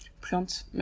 plant